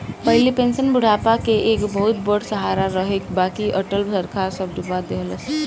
पहिले पेंशन बुढ़ापा के एगो बहुते बड़ सहारा रहे बाकि अटल सरकार सब डूबा देहलस